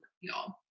Y'all